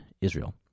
Israel